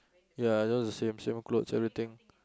ya that was the same same clothes everything